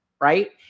Right